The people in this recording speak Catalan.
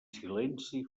silenci